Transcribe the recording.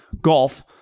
golf